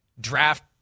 Draft